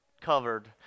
covered